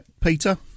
Peter